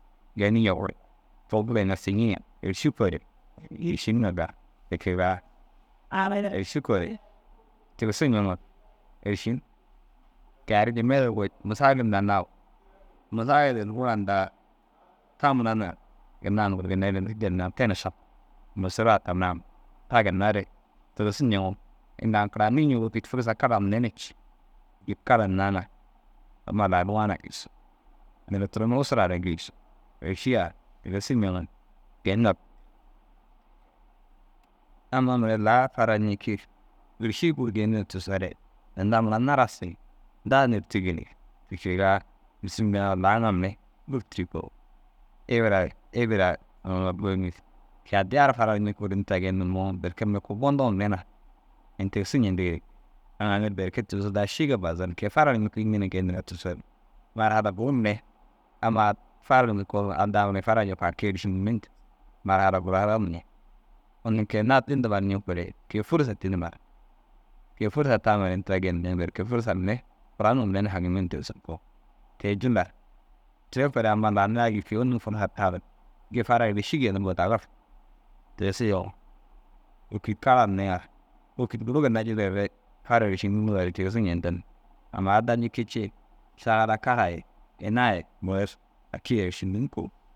Geeni ñoore êrši koore êršiniŋa gal te kegaa êrši koore tigisi ñeŋgo êršin kei ar jimena goyi mûsaagid daa nawu mûsaagidir ŋura ndaa ta mura naana ginna aŋ gur ere ginna didde hinna te na mosoro ai tamam ta a ginna re tigisi ñeeŋo inda aŋ karanii ñoo wêkid fursa kara mire na cii. Yim kara hinnaa na amma lau nuwa gii sûs nere turon usra na gii êršin. Êrši a tigisi ñeŋoo geyin. Amma mira laa farar ñiikii êrši bur geyindiŋe tigisoore ninda mura narasi daa nurtigi te kegaa. Êrši laaŋa mire bur tiri ko ibira ai ibira aŋ goyiŋ. Ke addiyar farar ñikuu ini tira geendimmoo berke mire kubunduŋoo mire na ini tigisi ñendigire aŋ aŋuru berke tigisoo šîge ke kei fara înni na geendigore tigisoo re marhala buu mire amma farar ñikoo adda farar ñikoo haki êršinimme dig. Marhala gurare mire unnu keyi naddi ndumar ñikuure fursa tidimar. Ke fursa tamar ini tira genimer berke fursa mire buranuŋoo mire na haŋimme na tigisig ko. Te jillar tere koo re amma laa nira gii kei unnu fursa taruu gii farar êrši geenirigoo dagir tigisigoo. Wôkid kara hinne ŋar wôkid guri ginna jirere farar êršinuŋure tigisi ñendin. Amma adda ñikii ciir šagala karaa ye in ai ye mûnur haki êršindim ko.